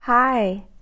Hi